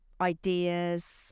ideas